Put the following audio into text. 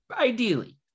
ideally